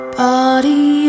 body